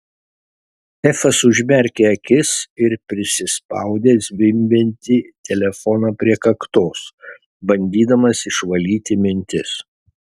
efas užmerkė akis ir prisispaudė zvimbiantį telefoną prie kaktos bandydamas išvalyti mintis